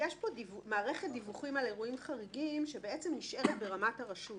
יש פה מערכת דיווחים על אירועים חריגים שבעצם נשארת ברמת הרשות